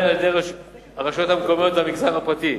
על-ידי הרשויות המקומיות והמגזר הפרטי,